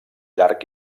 llarg